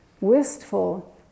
wistful